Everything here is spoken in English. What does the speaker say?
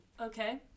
Okay